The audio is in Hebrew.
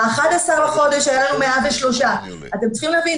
ב-11 ביוני היו לנו 103. אתם צריכים להבין,